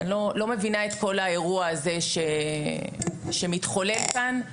אני לא מבינה את כל האירוע הזה שמתחולל כאן.